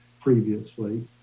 previously